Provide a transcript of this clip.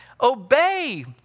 obey